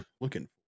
looking